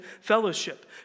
fellowship